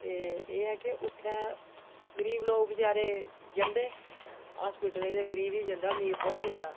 ते एह् ऐ कि उत्थै गरीब लोक बचारे जंदे अस्पतालें ते गरीब ई जंदा मीर थोह्ड़े जंदा